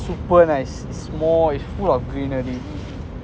super nice small it's full of greenery